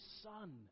Son